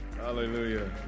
Hallelujah